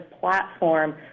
platform